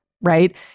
right